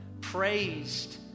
praised